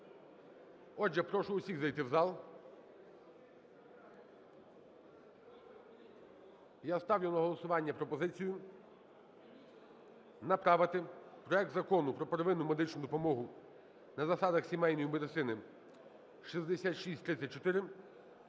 Отже, прошу всіх зайти в зал. Я ставлю на голосування пропозицію направити проект Закону про первинну медичну допомогу на засадах сімейної медицини (6634),